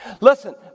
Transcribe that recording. Listen